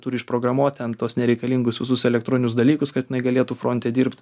turi išprogramuot ten tuos nereikalingus visus elektroninius dalykus kad jinai galėtų fronte dirbt